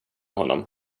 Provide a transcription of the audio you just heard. honom